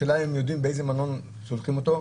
השאלה היא אם יודעים לאיזה מלון שולחים אותו.